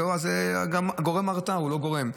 אז גורם ההרתעה הוא לא גורם.